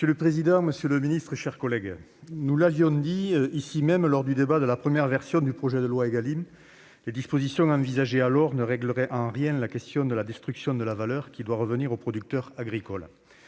Monsieur le président, monsieur le ministre, mes chers collègues, nous l'avions dit ici même lors du débat sur la première version du projet de loi Égalim, les dispositions envisagées alors ne régleraient en rien la question de la destruction de la valeur qui doit revenir au producteur agricole.